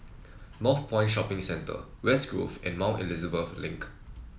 Northpoint Shopping Centre West Grove and Mount Elizabeth Link